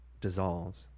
dissolves